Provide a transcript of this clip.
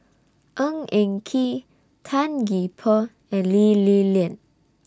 Ng Eng Kee Tan Gee Paw and Lee Li Lian